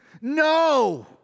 No